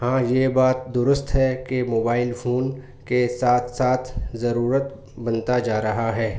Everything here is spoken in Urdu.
ہاں یہ بات درست ہے کہ موبائل فون کے ساتھ ساتھ ضرورت بنتا جا رہا ہے